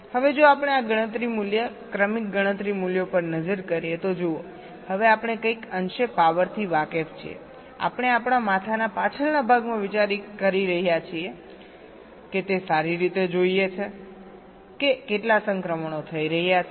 હવે જો આપણે આ ગણતરી મૂલ્ય ક્રમિક ગણતરી મૂલ્યો પર નજર કરીએ તો જુઓ હવે આપણે કંઈક અંશે પાવરથી વાકેફ છીએ આપણે આપણા માથાના પાછળના ભાગમાં વિચારી રહ્યા છીએ તે સારી રીતે જોઈએ કે કેટલા સંક્રમણો થઈ રહ્યા છે